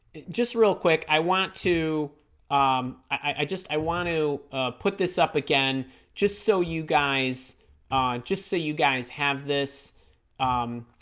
just real quick i want to um i just i want to put this up again just so you guys just so you guys have this um